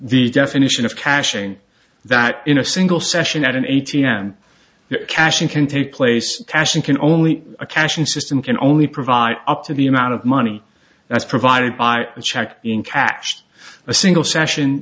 the definition of caching that in a single session at an a t m cashing can take place cash in can only a cash in system can only provide up to the amount of money that's provided by the check in cash a single session